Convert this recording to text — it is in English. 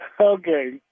Okay